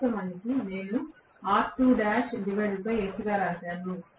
వాస్తవానికి నేను గా రాశాను